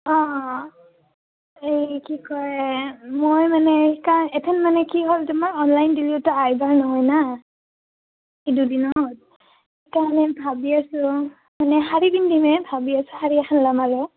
অঁ এই কি কয় মই মানে সেইকাৰণ এতিয়া মানে কি হ'ল তোমাৰ অনলাইন দিলেতো আহিবই নহয় নহ্ এই দুদিনত সেইকাৰণে ভাবি আছোঁ মানে শাৰী পিন্ধিম ভাবি আছোঁ শাৰী এখন ল'ম আৰু